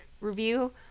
review